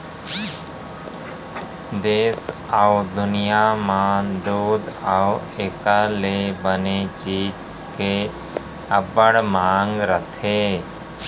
देस अउ दुनियॉं म दूद अउ एकर ले बने चीज के अब्बड़ मांग रथे